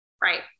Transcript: Right